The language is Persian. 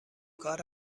کار